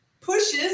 pushes